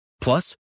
Plus